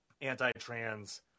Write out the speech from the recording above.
anti-trans